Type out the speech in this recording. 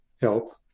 help